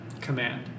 Command